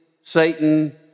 Satan